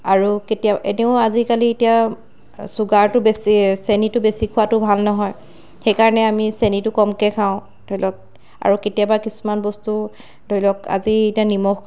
আৰু কেতিয়া এনেও আজিকালি এতিয়া ছুগাৰটো বেছি চেনিটো বেছি খোৱাটো ভাল নহয় সেইকাৰণে আমি চেনিটো কমকৈ খাওঁ ধৰি লওক আৰু কেতিয়াবা কিছুমান বস্তু ধৰি লওক আজি এতিয়া নিমখ